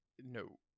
No